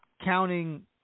counting